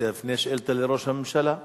שתפנה שאילתא לראש הממשלה.